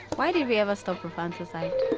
why did we never stop rufunsa side?